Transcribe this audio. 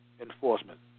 enforcement